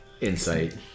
insight